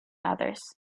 others